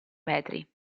metri